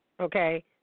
Okay